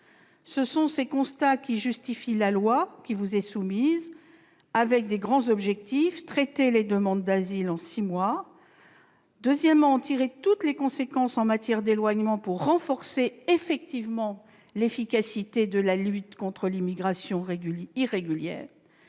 Ce sont ces constats qui justifient le projet de loi qui vous est soumis. Les grands objectifs du Gouvernement sont de traiter les demandes d'asile en six mois et de tirer toutes les conséquences en matière d'éloignement pour renforcer effectivement l'efficacité de la lutte contre l'immigration irrégulière,